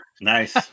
Nice